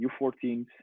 U14s